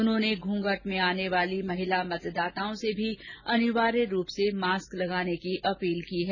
उन्होंने घूंघट में आने वाली महिला मतदाताओं से भी अनिवार्य रूप से मास्क लगाने की अपील की है